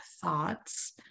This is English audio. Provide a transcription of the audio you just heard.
thoughts